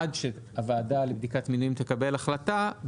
עד שהוועדה לבדיקת מינויים תקבל החלטה,